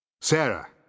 Sarah